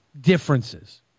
differences